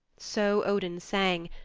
so odin sang,